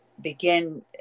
begin